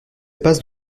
passe